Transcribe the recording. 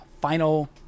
final